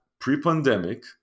pre-pandemic